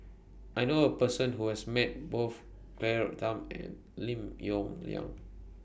I know A Person Who has Met Both Claire Tham and Lim Yong Liang